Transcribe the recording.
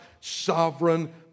sovereign